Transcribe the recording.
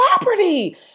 property